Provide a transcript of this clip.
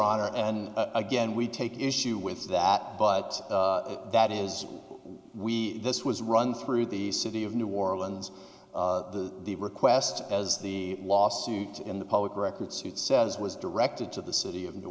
honor and again we take issue with that but that is we this was run through the city of new orleans the request as the lawsuit in the public record suit says was directed to the city of new